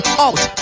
out